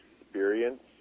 experience